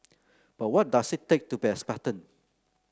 but what does it take to be a Spartan